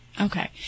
Okay